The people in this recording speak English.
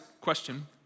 question